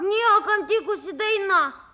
niekam tikusi daina